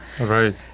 Right